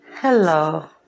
Hello